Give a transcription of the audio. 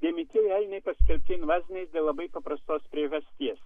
dėmėtieji elniai paskelbti invaziniais dėl labai paprastos priežasties